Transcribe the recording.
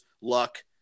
Luck